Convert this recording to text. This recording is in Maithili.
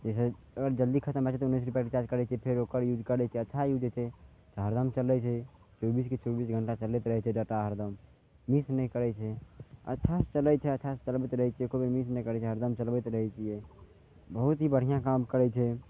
जाहिसे अगर जल्दी खत्म भए जाइ छै तऽ उन्नैस रुपैआके रिचार्ज फेर ओकर यूज करै छियै अच्छा यूज होइ छै तऽ हरदम चलै छै चौबीसके चौबीस घण्टा चलैत रहै छै डाटा हरदम मिस नहि करै छै अच्छा सँ चलै छै अच्छासँ चलबैत रहै छियै एको बेर मिस नहि करै छियै हरदम चलबैत रहै छियै बहुत ही बढ़िऑं काम करै छै